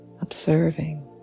observing